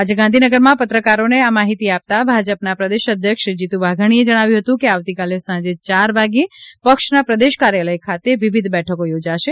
આજે ગાંધીનગરમાં પત્રકારોને આ માહિતી આપતાં ભાજપના પ્રદેશ અધ્યક્ષ શ્રી જીતુ વાઘાણીએ જણાવ્યું હતું કે આવતીકાલે સાંજે ચાર વાગ્યે પક્ષના પ્રદેશ કાર્યાલય ખાતે વિવિધ બેઠકો યોજાશે